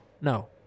No